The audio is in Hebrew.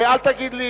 אל תגיד לי,